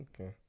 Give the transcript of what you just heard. Okay